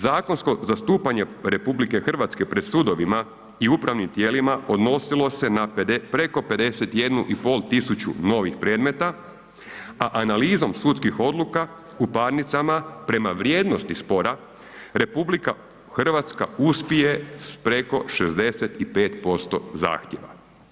Zakonsko zastupanje RH pred sudovima i upravnim tijelima odnosilo se na preko 51.500 novih predmeta, a analizom sudskih odluka u parnicama prema vrijednosti spora RH uspje s preko 65% zahtjeva.